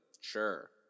Sure